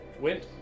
went